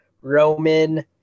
Roman